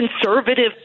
conservative